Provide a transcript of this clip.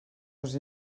els